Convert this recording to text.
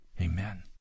Amen